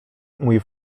mój